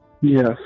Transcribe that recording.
Yes